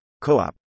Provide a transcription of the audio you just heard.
Co-op